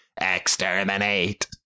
Exterminate